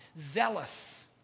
zealous